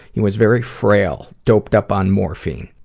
he was very frail, doped up on morphine.